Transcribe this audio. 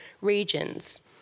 regions